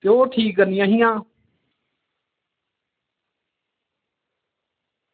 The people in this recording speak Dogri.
ते ओह् ठीक करनियां हियां